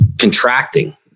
contracting